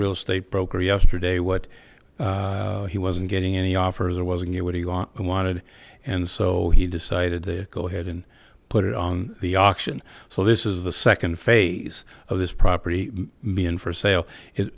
real estate broker yesterday what he wasn't getting any offers or wasn't what he wanted and so he decided to go ahead and put it on the auction so this is the second phase of this property be in for sale it